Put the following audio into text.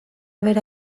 bera